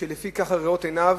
לפי ראות עיניו,